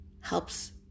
helps